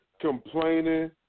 complaining